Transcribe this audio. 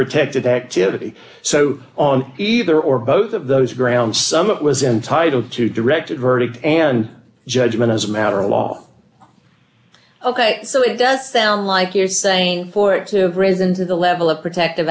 protected activity so on either or both of those grounds some of it was entitled to directed verdict and judgment as a matter of law ok so it does sound like you're saying court to risen to the level of protective